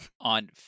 on